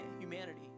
humanity